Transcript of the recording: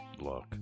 look